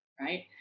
Right